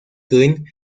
green